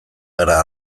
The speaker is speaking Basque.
gara